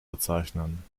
bezeichnen